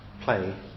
play